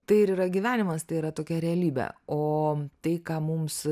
tai ir yra gyvenimas tai yra tokia realybė o tai ką mums